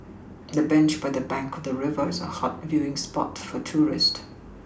the bench by the bank of the river is a hot viewing spot for tourist